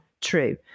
true